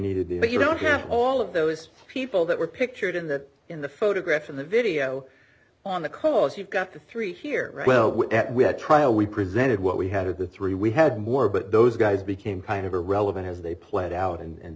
that you don't care all of those people that were pictured in that in the photograph in the video on the course you've got three here well we had trial we presented what we had of the three we had more but those guys became kind of irrelevant as they played out and